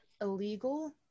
illegal